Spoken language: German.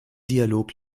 dialog